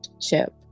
ship